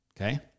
Okay